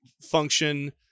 function